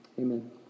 amen